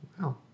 Wow